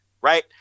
right